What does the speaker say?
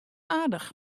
aardich